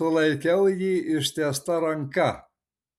sulaikiau jį ištiesta ranka